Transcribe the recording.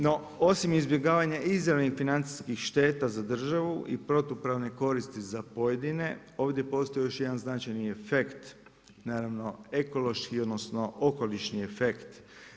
No osim izbjegavanja izravnih financijskih šteta za državu i protupravne koristi za pojedine, ovdje postoji još jedan značajni efekt naravno ekološki odnosno okolišni efekt.